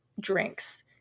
drinks